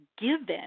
given